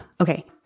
Okay